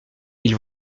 ils